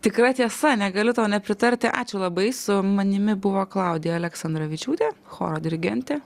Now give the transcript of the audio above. tikra tiesa negaliu tau nepritarti ačiū labai su manimi buvo klaudija aleksandravičiūtė choro dirigentė